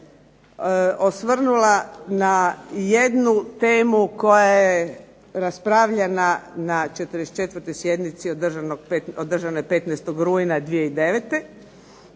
osvrnula na jednu temu koja je raspravljena na 44. sjednici održanoj 15. rujna 2009.